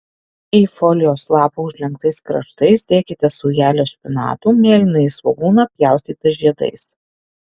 į folijos lapą užlenktais kraštais dėkite saujelę špinatų mėlynąjį svogūną pjaustytą žiedais